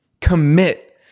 commit